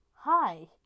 Hi